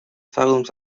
films